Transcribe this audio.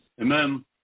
Amen